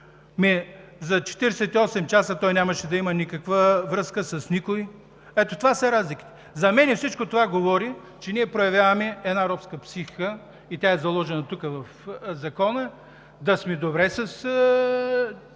за 48 часа той нямаше да има никаква връзка с никого. Ето това са разликите. За мен всичко това говори, че ние проявяваме една робска психика и тя е заложена тук, в Закона – да сме добре с